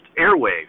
Airwaves